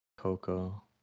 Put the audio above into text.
Coco